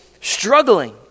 struggling